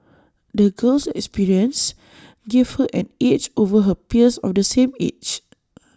the girl's experiences gave her an edge over her peers of the same age